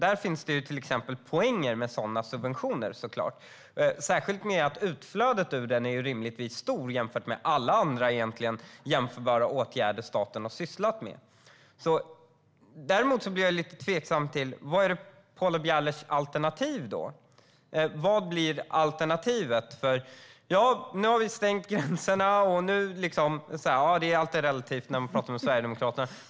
Det finns poänger med sådana subventioner, särskilt genom att utflödet rimligtvis är stort jämfört med alla andra jämförbara åtgärder som staten har sysslat med. Däremot blir jag tveksam till Paula Bielers alternativ. Vad blir alternativet? Nu har gränserna stängts. Allt är relativt när man pratar med Sverigedemokraterna.